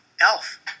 Elf